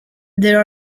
there